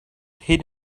hid